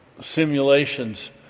Simulations